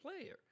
player